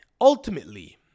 ultimately